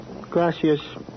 Gracias